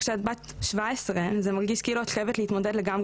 כשאת בת שבע עשרה זה מרגיש כאילו את חייבת להתמודד לגמרי